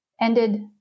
ended